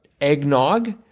eggnog